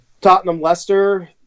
Tottenham-Leicester